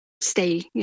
stay